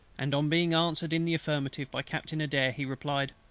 and on being answered in the affirmative by captain adair, he replied,